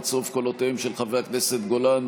בצירוף קולותיהם של חברי הכנסת גולן,